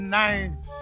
nice